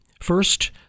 First